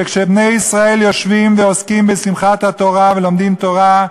שכשבני ישראל יושבים ועוסקים בשמחת התורה ולומדים תורה,